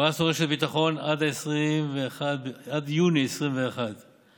פרסנו רשת ביטחון עד יוני 2021 לעסקים,